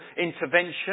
intervention